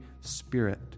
Spirit